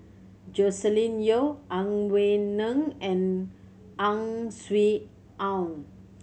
Joscelin Yeo Ang Wei Neng and Ang Swee Aun